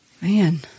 man